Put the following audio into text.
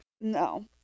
no